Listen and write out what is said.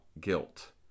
guilt